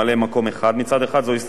זו הסתייגות אחת,